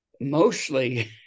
mostly